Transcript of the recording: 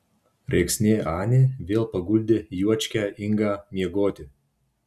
rėksnė anė vėl paguldė juočkę ingą miegoti